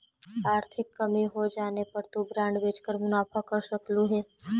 आर्थिक कमी होजाने पर तु बॉन्ड बेचकर मुनाफा कम कर सकलु हे